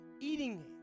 eating